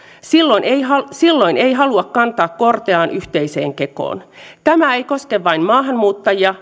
silloin ei silloin ei halua kantaa korteaan yhteiseen kekoon tämä ei koske vain maahanmuuttajia